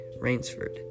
Rainsford